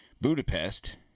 Budapest